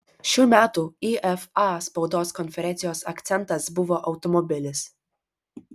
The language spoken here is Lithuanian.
šių metų ifa spaudos konferencijos akcentas buvo automobilis